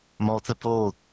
Multiple